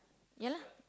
ya lah